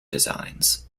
designs